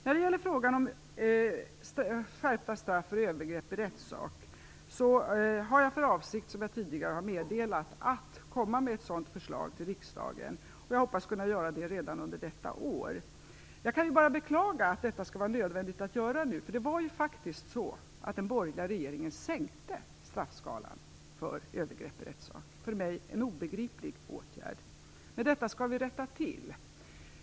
När det gäller frågan om skärpta straff för övergrepp i rättssak har jag för avsikt, som jag tidigare har meddelat, att komma med ett sådant förslag till riksdagen. Jag hoppas kunna göra det redan under detta år. Jag kan bara beklaga att detta skall vara nödvändigt att göra nu. Det var ju faktiskt så, att den borgerliga regeringen sänkte straffskalan för övergrepp i rättssak. För mig är det en obegriplig åtgärd. Detta skall vi rätta till.